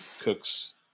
cook's